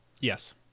yes